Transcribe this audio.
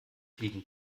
fliegen